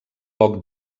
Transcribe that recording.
poc